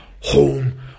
home